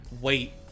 Wait